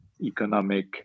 economic